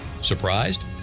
Surprised